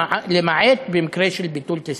למעט במקרה של ביטול טיסה.